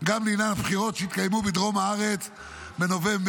גם לעניין הבחירות שיתקיימו בדרום הארץ בנובמבר.